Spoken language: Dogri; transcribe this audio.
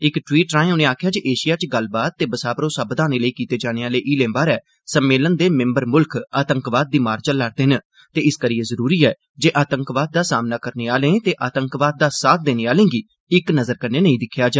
इक टवीट राहें उनें आक्खेआ जे एशिया च गल्लबात ते बसा भरौसा बघाने लेई कीते जाने आहलें हीलें बारै सम्मेलन दे मिम्बर मुल्ख आतंकवाद दी मार झल्ला'रदे न ते इस करी जरूरी ऐ जे आतंकवाद दा समना करने आहलें ते आतंकवाद दा साथ देनें आलें गी इक नजर कन्नै नेंई दिक्खेआ जा